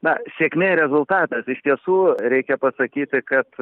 na sėkmė rezultatas iš tiesų reikia pasakyti kad